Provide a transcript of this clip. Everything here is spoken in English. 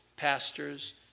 pastors